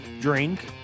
drink